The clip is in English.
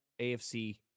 AFC